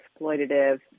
exploitative